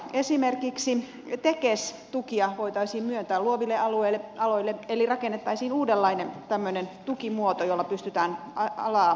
esimerkiksi tekes tukia voitaisiin myöntää luoville aloille eli rakennettaisiin uudenlainen tukimuoto jolla pystytään alaa kasvattamaan